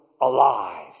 alive